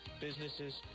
businesses